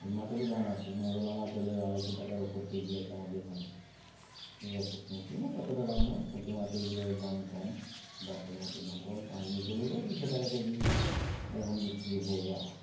এই মাছেরও দাম আছে মৌরলা মাছ হলেও আড়াইশো টাকার ওপর কেজি আছে আমাদের এখানে ঠিক আছে পুঁটি মাছ অতটা দাম না পুঁটি মাছেরগুলো দাম কম দাঁড়কে মাছও দাম কম পাঁচমিশালি হলে দুশো টাকা কেজি এরকম বিক্রি হয়ে যায়